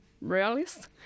realist